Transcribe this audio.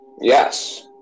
Yes